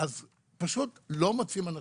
פשוט לא מוצאים אנשים.